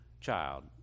child